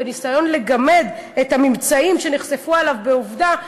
בניסיון לגמד את הממצאים שנחשפו עליו ב"עובדה",